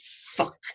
fuck